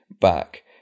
back